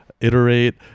iterate